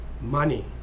money